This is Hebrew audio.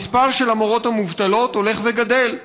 המספר של המורות המובטלות הולך וגדל,